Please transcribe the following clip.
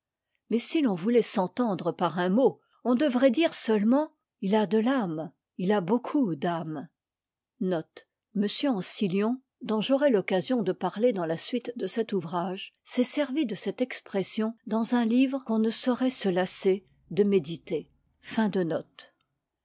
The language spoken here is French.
mais si l'on voulait s'entendre par un mot on devrait dire seutement il a de f me il a beaucoup e tmc c'est ce souffle divin qui fait tout l'homme aimer en apprend plus sur ce qui tient aux mystères de l'âme que la métaphysique la plus m ancihoh dont j'aurai l'occasion de parler dans la suite de cet ouvrage s'est servi de cette expression dans un livre qu'on ne saurait se lasser de méditer